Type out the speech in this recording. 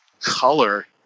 color